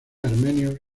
armenios